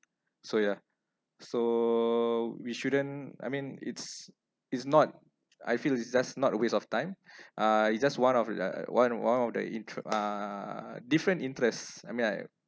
so yeah so we shouldn't I mean it's it's not I feel it's just not a waste of time uh it's just one of the one one of the intere~ uh different interests I mean I